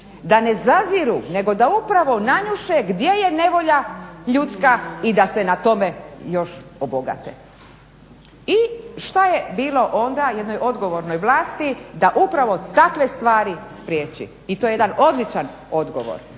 da ne zaziru nego da upravo nanjuše gdje je nevolja ljudska i da se na tome još obogate. I šta je bilo onda jednoj odgovornoj vlasti da upravo takve stvari spriječi i to je jedan odlučan odgovor.